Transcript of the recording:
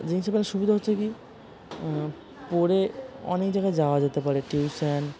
জিন্সের প্যান্ট সুবিধা হচ্ছে কি পরে অনেক জায়গায় যাওয়া যেতে পারে টিউশান